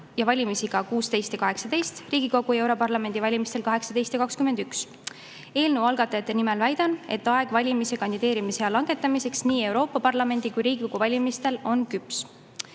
vastavalt 16 ja 18, Riigikogu ja europarlamendi valimistel 18 ja 21. Eelnõu algatajate nimel väidan, et aeg valimis- ja kandideerimisea langetamiseks nii Euroopa Parlamendi kui ka Riigikogu valimistel on küps.